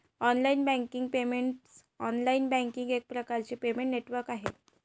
online banking payments online banking एक प्रकारचे payment network आहे